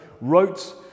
wrote